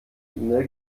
mail